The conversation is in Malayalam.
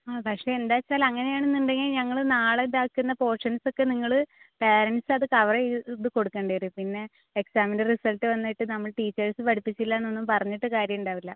ആ പക്ഷേ എന്താണെന്ന് വെച്ചാൽ അങ്ങനെയാണെന്നുണ്ടെങ്കിൽ ഞങ്ങൾ നാളെ ഇതാക്കുന്ന പോർഷൻസൊക്കെ നിങ്ങൾ പേരെൻസ് അത് കവർ ചെയ്ത് കൊടുക്കണ്ടി വരും പിന്നെ എക്സാമിൻ്റെ റിസൾട്ട് വന്നിട്ട് നമ്മൾ ടീച്ചേഴ്സ് പഠിപ്പിച്ചില്ലാന്നൊന്നും പറഞ്ഞിട്ട് കാര്യം ഉണ്ടാവില്ല